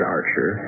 Archer